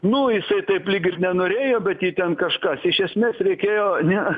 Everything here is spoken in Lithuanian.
nu jisai taip lyg ir nenorėjo bet jį ten kažkas iš esmės reikėjo ne